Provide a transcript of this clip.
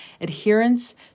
Adherence